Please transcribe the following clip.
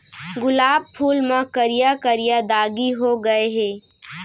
गुलाब फूल म करिया करिया दागी हो गय हे